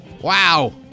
Wow